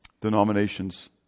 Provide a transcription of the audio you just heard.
denominations